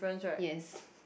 yes